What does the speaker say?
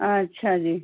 अच्छा जी